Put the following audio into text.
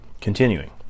Continuing